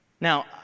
Now